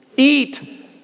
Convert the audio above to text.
Eat